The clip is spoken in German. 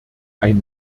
ein